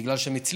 בגלל שהם הצליחו.